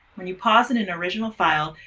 when you pause in an original file,